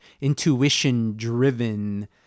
intuition-driven